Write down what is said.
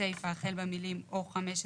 הסיפה החל במילים "או 15"